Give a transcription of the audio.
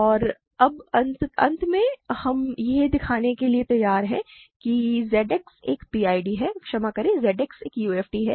और अब अंत में हम यह दिखाने के लिए तैयार हैं कि Z X एक PID है क्षमा करें Z X एक UFD है